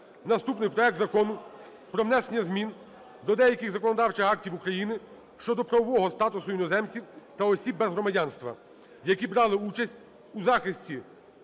Наступний – проект Закону про внесення змін до деяких законодавчих актів України (щодо правового статусу іноземців та осіб без громадянства, які брали участь у захисті